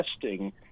testing